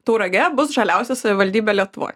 tauragė bus žaliausia savivaldybė lietuvoj